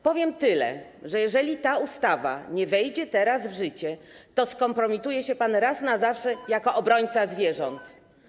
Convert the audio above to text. Powiem tyle: jeżeli ta ustawa nie wejdzie teraz w życie, to skompromituje się pan raz na zawsze jako obrońca zwierząt.